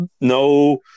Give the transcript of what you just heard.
no